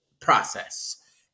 process